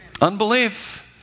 Unbelief